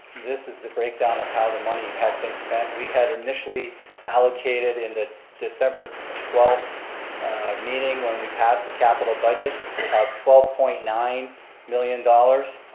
this is the breakdown of how the money had been spent. we had initially allocated in the december ah twelfth meeting when we passed the capital budget of twelve point nine million dollars.